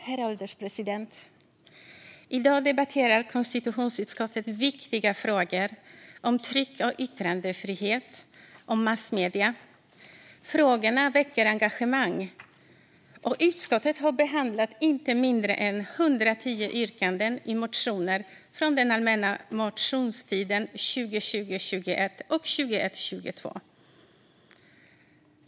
Herr ålderspresident! I dag debatterar konstitutionsutskottet viktiga frågor om tryck och yttrandefrihet och massmedier. Frågorna väcker engagemang, och utskottet har behandlat inte mindre än 110 yrkanden i motioner från allmänna motionstiden 2020 22.